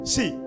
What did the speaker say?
See